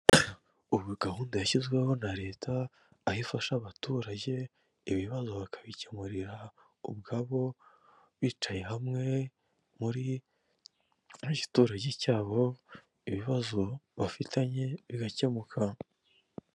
Ubu gahunda yashyizweho na leta, aho ifasha abaturage, ibibazo bakabikemurira ubwabo bicaye hamwe, muri, mu giturage cyabo, ibibazo bafitanye bigakemuka.